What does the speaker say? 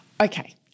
Okay